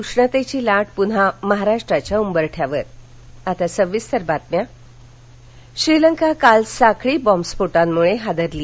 उष्णतेची लाट पुन्हा महाराष्ट्राच्या उंबरठ्यावर स्फोट श्रीलंका काल साखळी बॉब स्फोटांमुळे हादरली